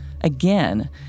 Again